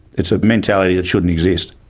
it's a mentality that shouldn't exist.